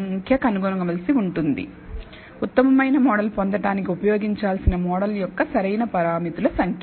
సంఖ్య కనుగొనవలసి ఉంటుందిఉత్తమమైన మోడల్ పొందడానికి ఉపయోగించాల్సిన మోడల్ యొక్క సరైన పారామితులు సంఖ్య